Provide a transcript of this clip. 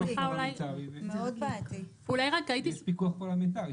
יש פיקוח פרלמנטרי.